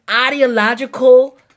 ideological